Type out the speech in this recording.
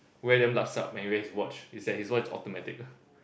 wear damn lup-sup when he wear his watch is that his watch is automatic